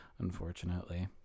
unfortunately